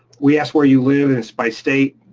we ask where you live and it's by state,